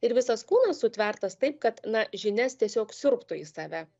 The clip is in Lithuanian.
ir visas kūnas sutvertas taip kad na žinias tiesiog siurbtų į save